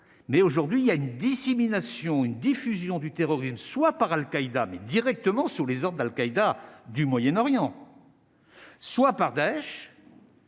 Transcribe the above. mais aujourd'hui il y a une dissémination une diffusion du terrorisme soit par Al Al-Qaïda mais directement sous les ordres, Al Qaïda du Moyen-Orient, soit par Daech.